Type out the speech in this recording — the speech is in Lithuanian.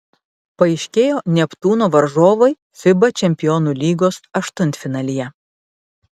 paaiškėjo neptūno varžovai fiba čempionų lygos aštuntfinalyje